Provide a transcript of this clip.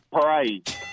parade